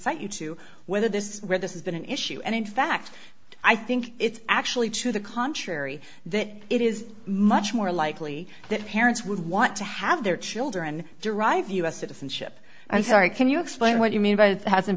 cite you to whether this where this has been an issue and in fact i think it's actually to the contrary that it is much more likely that parents would want to have their children derive u s citizenship i'm sorry can you explain what you mean by that hasn't